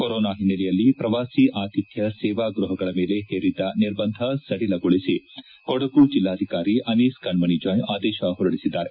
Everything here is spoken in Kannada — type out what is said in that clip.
ಕೊರೊನಾ ಹಿನ್ನೆಲೆಯಲ್ಲಿ ಪ್ರವಾಸಿ ಆತಿಥ್ಡ ಸೇವಾ ಗ್ಟಪಗಳ ಮೇಲೆ ಹೇರಿದ್ದ ನಿರ್ಬಂಧ ಸಡಿಲಗೊಳಿಸಿ ಕೊಡಗು ಜಿಲ್ಲಾಧಿಕಾರಿ ಅನೀಸ್ ಕಣ್ನಣಿಜಾಯ್ ಆದೇಶ ಹೊರಡಿಸಿದ್ದಾರೆ